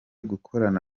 gukorana